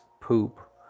poop